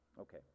Okay